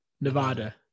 Nevada